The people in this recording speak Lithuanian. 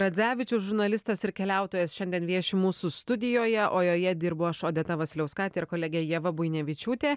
radzevičius žurnalistas ir keliautojas šiandien vieši mūsų studijoje o joje dirbu aš odeta vasiliauskaitė ir kolegė ieva buinevičiūtė